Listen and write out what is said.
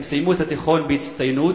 הם סיימו את התיכון בהצטיינות,